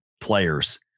players